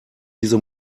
diese